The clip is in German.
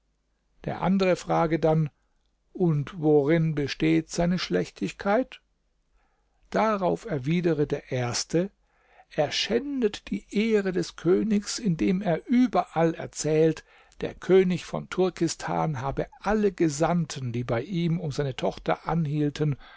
der andere frage dann und worin besteht seine schlechtigkeit darauf erwidere der erste er schändet die ehre des königs indem er überall erzählt der könig von turkistan habe alle gesandten die bei ihm um seine tochter anhielten